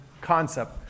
concept